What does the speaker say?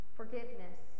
forgiveness